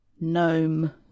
Gnome